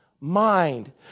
mind